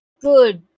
good